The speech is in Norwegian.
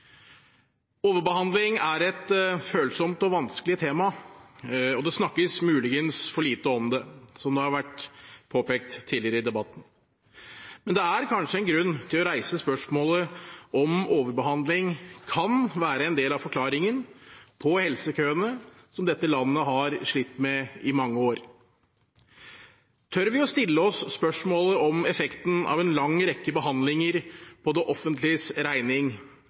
Overbehandling er et følsomt og vanskelig tema, og det snakkes muligens for lite om det, som det har vært påpekt tidligere i debatten. Det er kanskje grunn til å reise spørsmålet om hvorvidt overbehandling kan være en del av forklaringen på helsekøene som dette landet har slitt med i mange år. Tør vi å stille oss spørsmålet om hvorvidt effekten av en lang rekke behandlinger på det offentliges regning